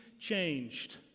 changed